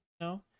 No